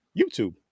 YouTube